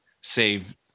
save